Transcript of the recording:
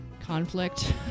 conflict